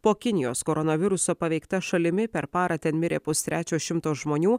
po kinijos koronaviruso paveikta šalimi per parą ten mirė pustrečio šimto žmonių